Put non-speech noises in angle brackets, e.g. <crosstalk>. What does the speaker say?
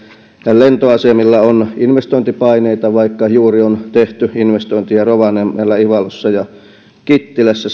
lentoasemilla on investointipaineita vaikka juuri on tehty investointeja rovaniemellä ivalossa ja kittilässä <unintelligible>